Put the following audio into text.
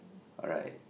alright